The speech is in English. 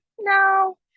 no